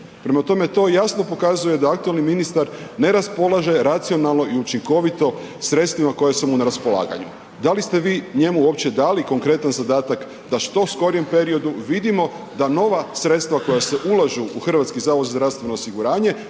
prema tome to jasno pokazuje da aktualni ministar ne raspolaže racionalno i učinkovito sredstvima koja su mu na raspolaganju. Da li ste vi njemu uopće dali konkretan zadatak da što u skorijem periodu vidimo da nova sredstva koja se ulažu u HZZO budu popraćena i